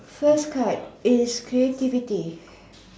first card is creativity